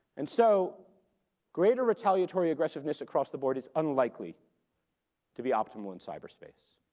and so greater retaliatory aggressiveness across the board is unlikely to be optimal in cyberspace.